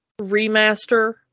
remaster